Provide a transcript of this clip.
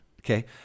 Okay